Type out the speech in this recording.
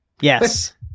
Yes